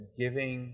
giving